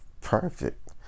perfect